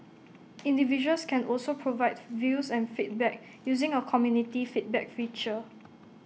individuals can also provide views and feedback using A community feedback feature